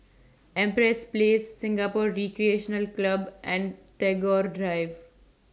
Empress Place Singapore Recreational Club and Tagore Drive